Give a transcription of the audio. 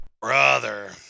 Brother